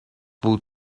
بود